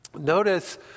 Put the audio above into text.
Notice